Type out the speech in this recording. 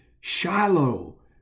Shiloh